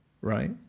Right